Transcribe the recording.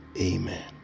Amen